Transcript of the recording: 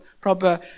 proper